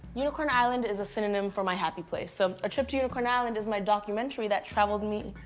unicorn island is a synonym for my happy place, so a trip to unicorn island is my documentary that traveled me.